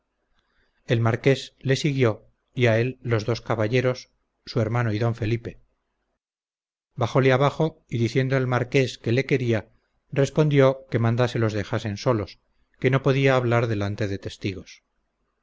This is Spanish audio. el marqués le siguió y a él los dos caballeros su hermano y d felipe bajole abajo y diciendo el marqués qué le quería respondió que mandase los dejasen solos que no podía hablar delante de testigos